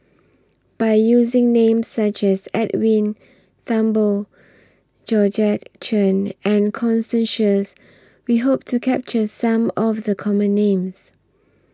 By using Names such as Edwin Thumboo Georgette Chen and Constance Sheares We Hope to capture Some of The Common Names